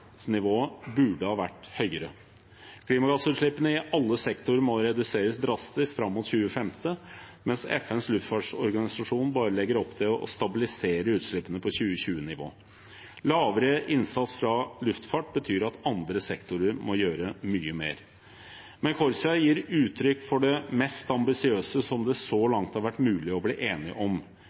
burde ha vært høyere. Klimagassutslippene i alle sektorer må reduseres drastisk fram mot 2050, mens FNs luftfartsorganisasjon bare legger opp til å stabilisere utslippene på 2020-nivå. Lavere innsats fra luftfart betyr at andre sektorer må gjøre mye mer. Men CORSIA gir uttrykk for det mest ambisiøse som det så langt har vært mulig å bli enig om.